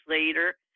later